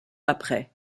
après